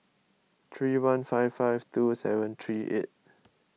three one five five two seven three eight